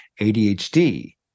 ADHD